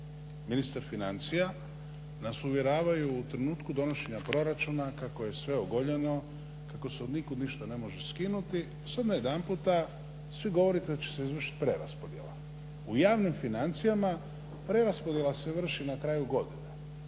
ministar financija nas uvjeravaju u trenutku donošenja proračuna kako je sve ogoljeno kako se od nikud ništa ne može skinuti, sad najedanput svi govore da će se izvršiti preraspodjela. U javnim financijama preraspodjela se vrši na kraju godine